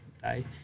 day